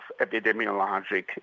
epidemiologic